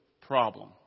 problem